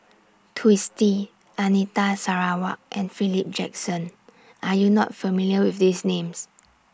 Twisstii Anita Sarawak and Philip Jackson Are YOU not familiar with These Names